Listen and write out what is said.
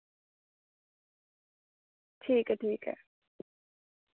ठीक ऐ ठीक ऐ